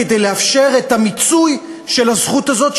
כדי לאפשר את המיצוי של הזכות הזאת,